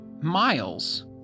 Miles